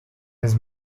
his